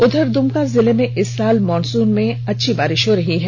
उधर दुमका जिले में इस साल मॉनसून में अच्छी बारिश हो रही है